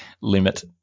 limit